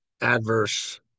adverse